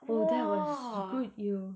oh that was good yo